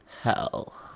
Hell